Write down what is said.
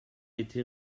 été